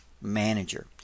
manager